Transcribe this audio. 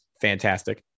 fantastic